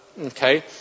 Okay